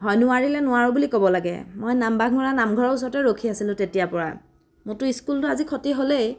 হয় নোৱাৰিলে নোৱাৰো বুলি ক'ব লাগে মই নামবাঘমৰা নামঘৰৰ ওচৰতে ৰখি আছিলো তেতিয়াৰ পৰা মোৰটো স্কুলটো আজি খতি হ'লেই